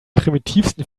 primitivsten